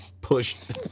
pushed